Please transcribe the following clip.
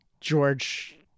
George